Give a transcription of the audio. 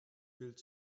bild